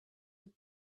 with